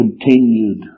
continued